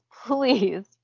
please